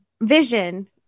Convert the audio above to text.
vision